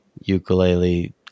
ukulele